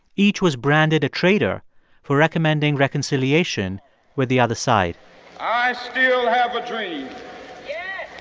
each was branded a traitor for recommending reconciliation with the other side i still have a dream yeah